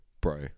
Bro